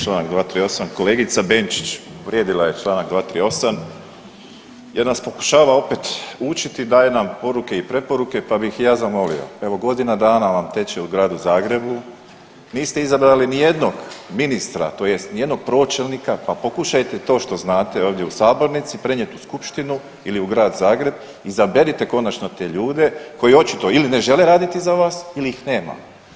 Čl. 238., kolegica Benčić povrijedila je čl. 238. jer nas pokušava opet učiti i daje nam poruke i preporuke pa bih je ja zamolio, evo godina dana vam teče u gradu Zagrebu niste izabrali nijednog ministra tj. nijednog pročelnika pa pokušajte to što znate ovdje u sabornici prenijet u skupštinu ili u grad Zagreb, izaberite konačno te ljude koji očito ili ne žele raditi za vas ili ih nema.